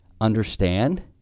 understand